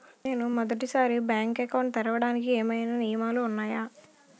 నేను మొదటి సారి బ్యాంక్ అకౌంట్ తెరవడానికి ఏమైనా నియమాలు వున్నాయా?